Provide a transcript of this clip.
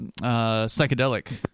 psychedelic